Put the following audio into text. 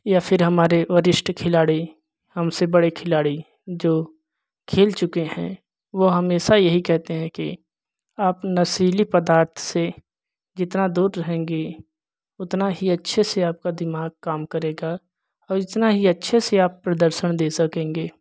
या फिर हमारे वरिष्ट खिलाड़ी हम से बड़े खिलाड़ी जो खेल चुके हैं वह हमेशा यही कहते हैं कि आप नशीले पदार्थ से जितना दूर रहेंगे उतनी ही अच्छे से आपका दोमाग़ काम करेगा और उतना ही अच्छे से आप प्रदर्शन दे सकेंगे